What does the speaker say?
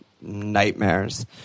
nightmares